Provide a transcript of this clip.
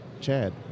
Chad